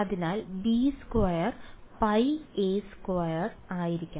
അതിനാൽ B square by A square ആയിരിക്കണം